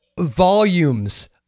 volumes